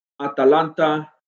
Atalanta